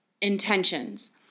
intentions